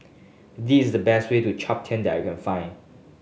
this is the best way to Chaptian that I can find